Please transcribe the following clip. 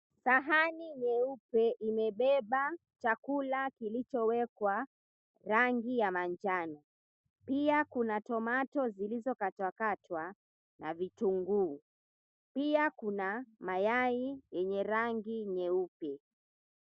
Sahani nyeupe imebeba chakula kilichowekwa rangi ya manjano. Pia kuna tomato zilizokatwakatwa na vitunguu. Pia kuna mayai yenye rangi nyeupe.